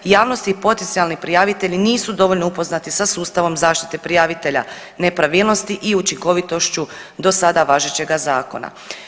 Javnosti potencijalni prijavitelji nisu dovoljno upoznati sa sustavom zaštite prijavitelja nepravilnosti i učinkovitošću do sada važećega zakona.